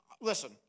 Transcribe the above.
listen